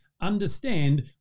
understand